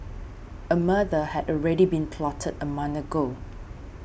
a murder had already been plotted a month ago